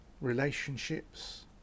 relationships